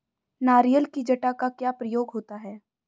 नारियल की जटा का क्या प्रयोग होता है?